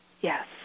Yes